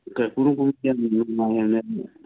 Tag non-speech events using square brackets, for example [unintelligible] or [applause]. [unintelligible]